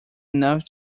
enough